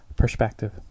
perspective